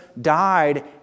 died